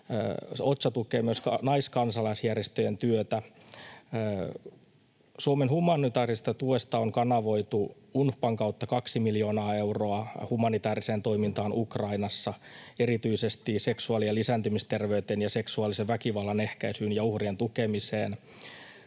OCHA tukee myös naiskansalaisjärjestöjen työtä. Suomen humanitäärisestä tuesta on kanavoitu UNFPAn kautta kaksi miljoonaa euroa humanitääriseen toimintaan Ukrainassa, erityisesti seksuaali- ja lisääntymisterveyteen ja seksuaalisen väkivallan ehkäisyyn ja uhrien tukemiseen.